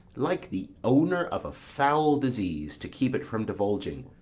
like the owner of a foul disease, to keep it from divulging,